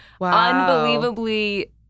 unbelievably